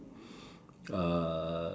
uh